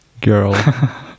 girl